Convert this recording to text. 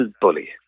bully